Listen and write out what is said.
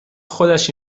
خودش